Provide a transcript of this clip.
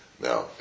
Now